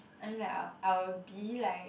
I mean like I'll I will be like